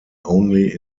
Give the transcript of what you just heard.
only